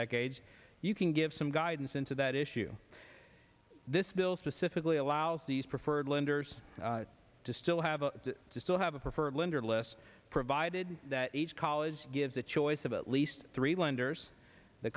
decades you can give some guidance into that issue this bill specifically allows these preferred lenders to still have to still have a preferred lender list provided that each college gives a choice of at least three lenders the